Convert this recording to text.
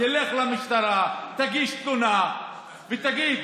תלך למשטרה, תגיש תלונה ותגיד